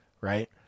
right